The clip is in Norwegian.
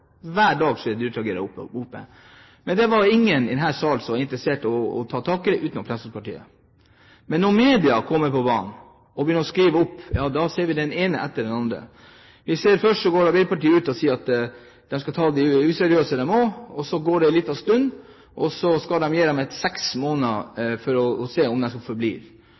Hver dag skjer det dyretragedier der oppe! Det var ingen i denne salen som var interessert i å ta tak i det, utenom Fremskrittspartiet. Men når media kommer på banen og begynner å skrive, da ser vi den ene etter den andre. Først går Arbeiderpartiet ut og sier at de skal ta de useriøse, de også. Så går det en liten stund, og så skal de gi dem seks måneder for å se om